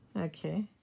Okay